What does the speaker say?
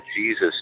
Jesus